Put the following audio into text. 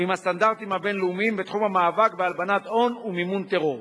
ועם הסטנדרטים הבין-לאומיים בתחום המאבק בהלבנת הון ומימון טרור.